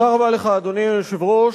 אדוני היושב-ראש,